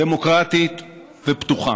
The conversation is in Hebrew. דמוקרטית ופתוחה.